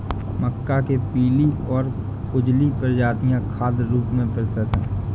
मक्का के पीली और उजली प्रजातियां खाद्य रूप में प्रसिद्ध हैं